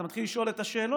אתה מתחיל לשאול את השאלות.